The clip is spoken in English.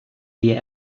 the